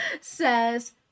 says